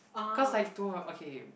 cause like tomorrow okay okay